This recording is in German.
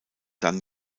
dann